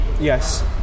Yes